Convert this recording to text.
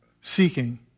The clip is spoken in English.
seeking